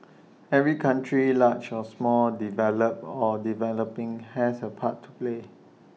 every country large or small developed or developing has A part to play